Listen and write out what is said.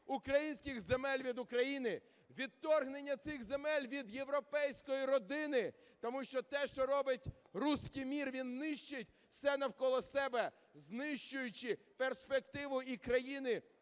українських земель від України, відторгнення цих земель від європейської родини. Тому що те, що робить "руський мір", він нищить все навколо себе, знищуючи перспективу і країни,